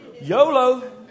YOLO